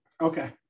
okay